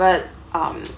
private um